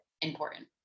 important